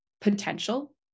potential